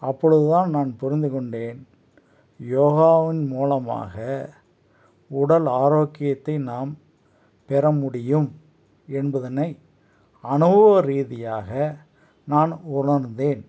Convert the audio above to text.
அப்பொழுது தான் நான் புரிந்துக்கொண்டேன் யோகாவின் மூலமாக உடல் ஆரோக்கியத்தை நாம் பெற முடியும் என்பதனை அனுபவ ரீதியாக நான் உணர்ந்தேன்